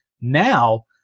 now